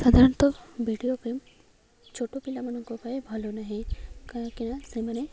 ସାଧାରଣତଃ video game ଛୋଟ ପିଲାମାନଙ୍କ ପାଇଁ ଭଲ ନୁହେଁ କାହିଁକିନା ସେମାନେ